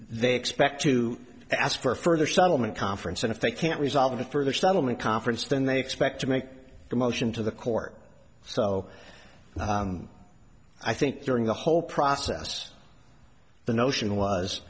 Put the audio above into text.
they expect to ask for a further settlement conference and if they can't resolve a further startlement conference then they expect to make a motion to the court so i think during the whole process the notion w